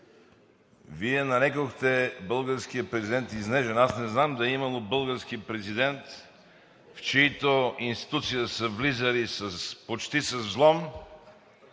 Вие нарекохте българския президент „изнежен“. Аз не знам да е имало български президент, в чиято институция са влизали почти с взлом,